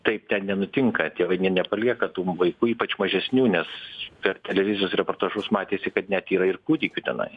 taip ten nenutinka tėvai ne nepalieka tų vaikų ypač mažesnių nes per televizijos reportažus matėsi kad net yra ir kūdikių tenai